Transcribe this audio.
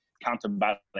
counterbalance